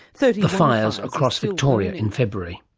so the fires across victoria in february.